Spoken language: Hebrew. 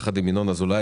יחד עם ינון אזולאי,